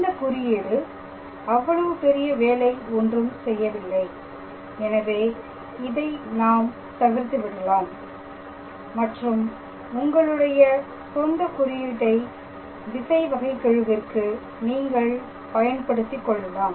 இந்த குறியீடு அவ்வளவு பெரிய வேலை ஒன்றும் செய்யவில்லை எனவே இதை நாம் தவிர்த்து விடலாம் மற்றும் உங்களுடைய சொந்த குறியீட்டை திசை வகைகெழுவிருக்கு நீங்கள் பயன்படுத்திக் கொள்ளலாம்